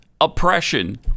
oppression